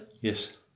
Yes